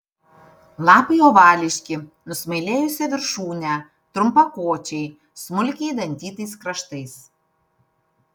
lapai ovališki nusmailėjusia viršūne trumpakočiai smulkiai dantytais kraštais